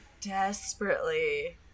desperately